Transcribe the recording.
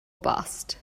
bust